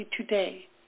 today